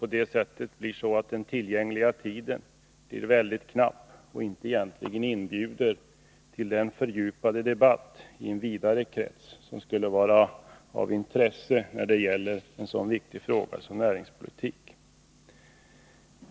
På det sättet blir den tillgängliga tiden väldigt knapp och medger inte den fördjupade debatt i en vidare krets som skulle vara av intresse när det gäller en så väsentlig fråga som näringspolitiken.